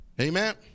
Amen